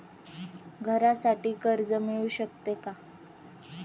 घरासाठी कर्ज मिळू शकते का?